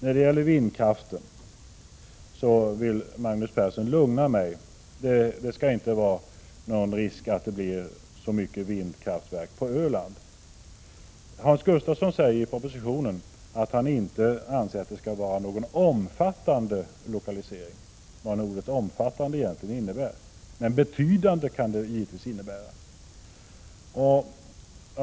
I fråga om vindkraften vill Magnus Persson lugna mig. Han menar att det inte finns någon risk för att det skall bli särskilt många vindkraftverk på Öland. Hans Gustafsson säger i propositionen att det inte skall vara någon omfattande lokalisering — vad nu ordet ”omfattande” egentligen innebär, men betydande kan det naturligtvis innebära.